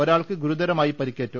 ഒരാൾക്ക് ഗുരുതരമായി പരിക്കേറ്റു